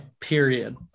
Period